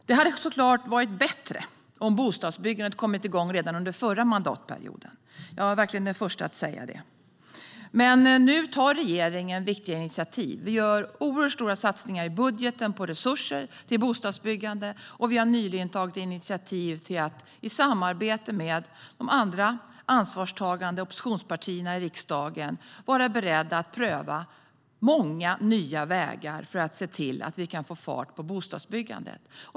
Det hade såklart varit bättre om bostadsbyggandet kommit igång redan under förra mandatperioden. Jag är verkligen den första att säga det. Men nu tar regeringen viktiga initiativ. Vi gör oerhört stora satsningar i budgeten på resurser till bostadsbyggande. Vi har nyligen tagit initiativ till att i samarbete med de ansvarstagande oppositionspartierna i riksdagen vara beredda att pröva många nya vägar för att se till att vi kan få fart på bostadsbyggandet.